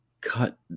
cut